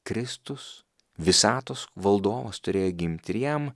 kristus visatos valdovas turėjo gimti ir jam